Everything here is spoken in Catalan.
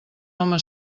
home